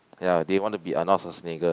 ya they want to be Arnold-Schwarzenegger